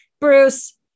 Bruce